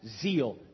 zeal